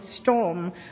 storm